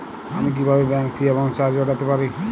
আমি কিভাবে bank fee এবং চার্জ এড়াতে পারি?